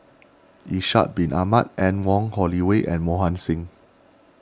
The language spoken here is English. Ishak Bin Ahmad Anne Wong Holloway and Mohan Singh